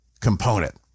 component